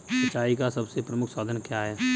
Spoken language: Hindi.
सिंचाई का सबसे प्रमुख साधन क्या है?